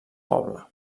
poble